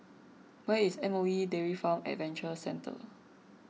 where is Moe Dairy Farm Adventure Centre